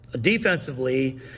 Defensively